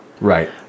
right